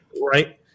right